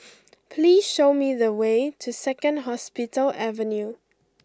please show me the way to Second Hospital Avenue